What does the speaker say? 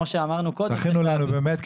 תכינו לנו באמת,